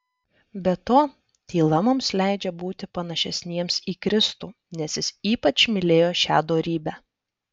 be to tyla mums leidžia būti panašesniems į kristų nes jis ypač mylėjo šią dorybę